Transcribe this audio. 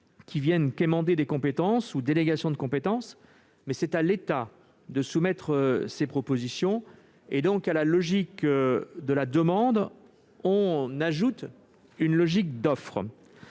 qui viennent quémander des compétences ou des délégations de compétences, c'est l'État qui soumet ses propositions. À la logique de la demande on adjoint donc une logique d'offre.